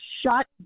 shut